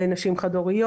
על נשים חד-הוריות.